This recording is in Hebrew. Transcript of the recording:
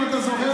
אם אתה זוכר,